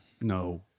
No